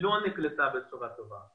לא נקלטה בצורה טובה,